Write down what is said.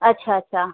अच्छा अच्छा